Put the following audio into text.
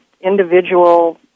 individual